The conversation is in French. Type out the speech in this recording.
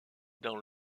dans